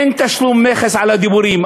אין תשלום מכס על דיבורים,